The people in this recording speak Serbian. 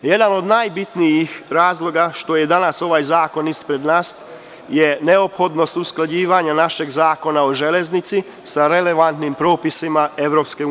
Jedan od najbitnijih razloga što je danas ovaj zakon ispred nas je neophodnost usklađivanja našeg Zakona o železnici sa relevantnim propisima EU.